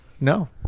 No